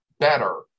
Better